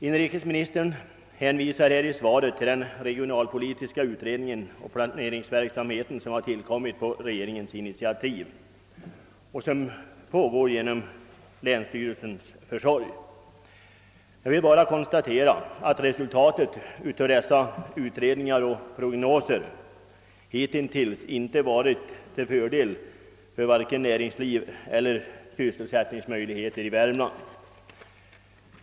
Inrikesministern hänvisar i svaret till den regionalpolitiska utredningen och planeringsverksamheten som tillkommit på regeringens initiativ och som pågår genom länsstyrelsens försorg. Jag vill bara konstatera att resultatet av dessa utredningar och prognoser hittills inte varit till fördel för vare sig näringsliv eller sysselsättningsmöjligheter i Värmland.